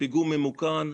פיגום ממוכן,